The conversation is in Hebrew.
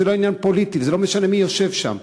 זה לא עניין פוליטי, וזה לא משנה מי יושב שם.